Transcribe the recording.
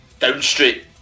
Downstreet